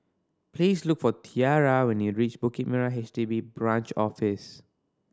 please look for Tiara when you reach Bukit Merah H D B Branch Office